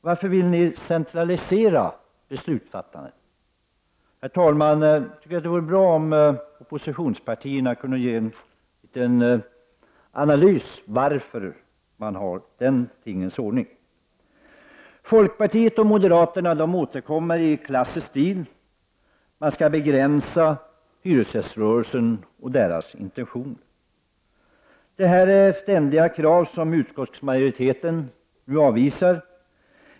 Varför vill ni centralisera beslutsfattandet? Herr talman! Jag tycker det vore bra om oppositionspartierna kunde ge en analys av varför man har denna tingens ordning. Folkpartiet och moderaterna återkommer i klassisk stil. Man skall begränsa hyresgäströrelsen och dess intentioner. Det är ständiga krav som utskottsmajoriteten bestämt avvisar.